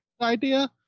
idea